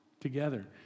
together